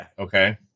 Okay